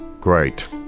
Great